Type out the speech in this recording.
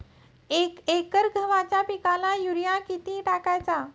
एक एकर गव्हाच्या पिकाला युरिया किती टाकायचा?